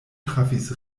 trafis